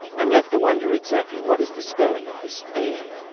i'm left to wonder exactly what is the spelling of this fare.